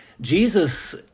Jesus